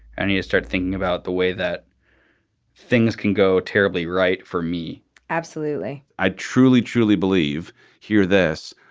and you start thinking about the way that things can go terribly right for me absolutely. i truly, truly believe here this.